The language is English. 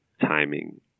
timing